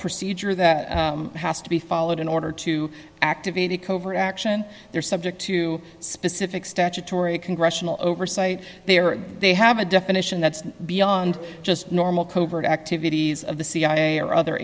procedure that has to be followed in order to activity covert action they're subject to specific statutory congressional oversight they are they have a definition that's beyond just normal covert activities of the cia or other